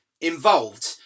involved